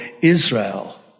Israel